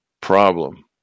problem